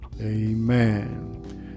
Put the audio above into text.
Amen